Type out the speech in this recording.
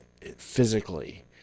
physically